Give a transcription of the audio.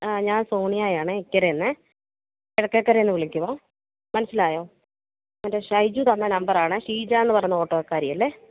ആ ഞാൻ സോണിയയാണെ ഇക്കരയിൽ നിന്ന് കിഴക്കേക്കരയിൽ നിന്ന് വിളിക്കുകയാണ് മനസ്സിലായോ മറ്റേ ഷൈജു തന്ന നമ്പറാണെ ഷീജയെന്നു പറയുന്ന ഓട്ടോക്കാരിയല്ലേ